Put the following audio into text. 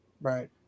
Right